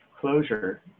closure